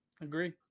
Agree